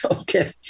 Okay